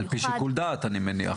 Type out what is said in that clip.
נכון, אבל על פי שיקול דעת, אני מניח?